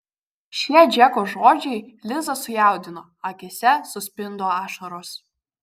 šie džeko žodžiai lizą sujaudino akyse suspindo ašaros